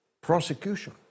prosecution